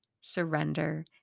surrender